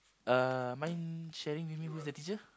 uh mind sharing with me who's the teacher